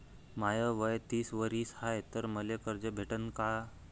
माय वय तीस वरीस हाय तर मले कर्ज भेटन का?